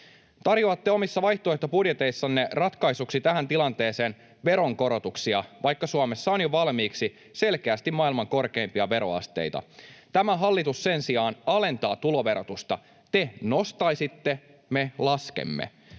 Tarjoatte omissa vaihtoehtobudjeteissanne ratkaisuksi tähän tilanteeseen veronkorotuksia, vaikka Suomessa on jo valmiiksi selkeästi maailman korkeimpia veroasteita. Tämä hallitus sen sijaan alentaa tuloverotusta — te nostaisitte, me laskemme.